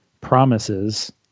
promises